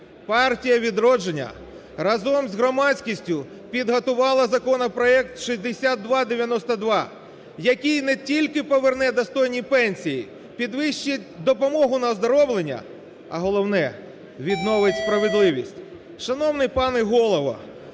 "Партія "Відродження" разом з громадськістю підготувала законопроект 6292, який не тільки поверне достойні пенсії, підвищить допомогу на оздоровлення, а головне – відновить справедливість. Шановний пане Голово!